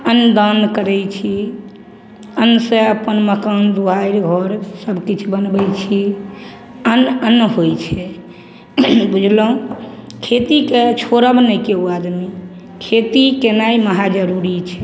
अन्नदान करै छी अन्नसे अपन मकान दुआरि घर सबकिछु बनबै छी अन्न अन्न होइ छै बुझलहुँ खेतीके छोड़ब नहि केओ आदमी खेती केनाइ महा जरूरी छै